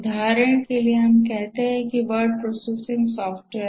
उदाहरण के लिए हम एक कहते हैं वर्ड प्रोसेसिंग सॉफ्टवेयर